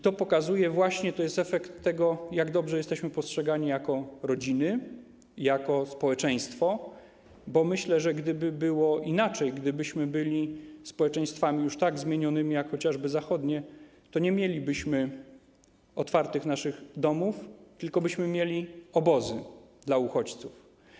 To pokazuje, jest to właśnie efekt tego, jak dobrze jesteśmy postrzegani jako rodziny, jako społeczeństwo, bo myślę, że gdyby było inaczej, gdybyśmy byli społeczeństwem już tak zmienionym jak chociażby społeczeństwa zachodnie, to nie mielibyśmy otwartych naszych domów, tylko byśmy mieli obozy dla uchodźców.